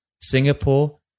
Singapore